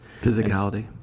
physicality